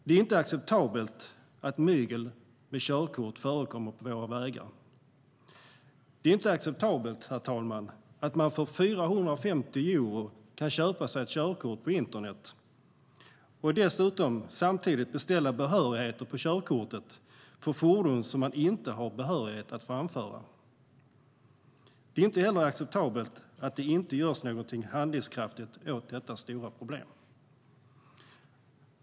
Det är inte acceptabelt att förare som har myglat sig till sina körkort förekommer på våra vägar. Det är inte acceptabelt att man för 450 euro kan köpa sig ett körkort på internet och samtidigt beställa tillstånd för att framföra fordon som man inte har behörighet att framföra. Det är inte heller acceptabelt att det inte görs något handlingskraftigt åt detta stora problem.